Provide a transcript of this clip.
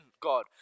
god